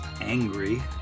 angry